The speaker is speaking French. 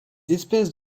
espèces